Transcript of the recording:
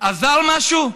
עזר משהו?